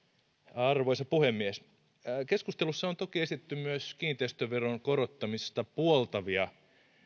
arvoisa puhemies keskustelussa on toki esitetty myös kiinteistöveron korottamista puoltavia